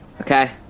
Okay